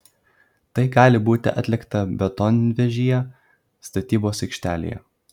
tai gali būti atlikta betonvežyje statybos aikštelėje